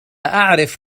أعرف